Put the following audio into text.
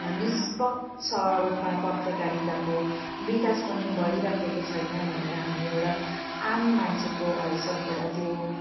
निष्पक्ष रूपमा पत्रकारिताको विकास पनि भइराखेको छैन भनेर हामी एउटा आम मान्छेको हैसियतबाट त्यो